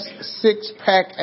six-pack